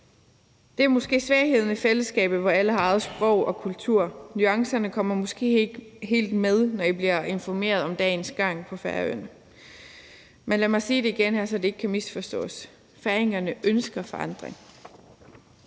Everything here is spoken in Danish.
Det er måske svagheden ved fællesskabet, hvor alle har eget sprog og egen kultur. Nuancerne kommer måske ikke helt med, når I bliver informeret om dagens gang på Færøerne. Men lad mig sige det igen her, så det ikke kan misforstås: Færingerne ønsker forandring.